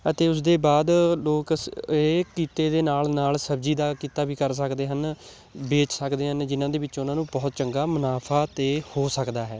ਅਤੇ ਉਸਦੇ ਬਾਅਦ ਲੋਕ ਸ ਇਹ ਕਿੱਤੇ ਦੇ ਨਾਲ ਨਾਲ ਸਬਜ਼ੀ ਦਾ ਕਿੱਤਾ ਵੀ ਕਰ ਸਕਦੇ ਹਨ ਵੇਚ ਸਕਦੇ ਹਨ ਜਿਨ੍ਹਾਂ ਦੇ ਵਿੱਚ ਉਹਨਾਂ ਨੂੰ ਬਹੁਤ ਚੰਗਾ ਮੁਨਾਫ਼ਾ ਤੇ ਹੋ ਸਕਦਾ ਹੈ